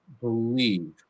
believe